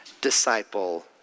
disciple